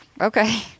okay